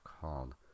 called